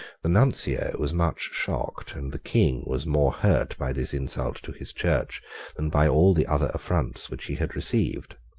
the nuncio was much shocked and the king was more hurt by this insult to his church than by all the other affronts which he had received.